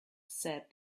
said